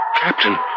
Captain